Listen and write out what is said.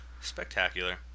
spectacular